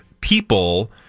people